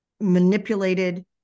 manipulated